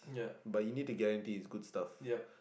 but you need to guarantee it's good stuff